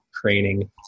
training